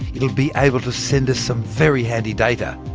it'll be able to send us some very handy data.